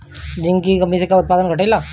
Zinc की कमी से का उत्पादन घटेला?